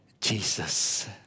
Jesus